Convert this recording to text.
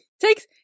Takes